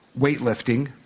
weightlifting